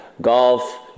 golf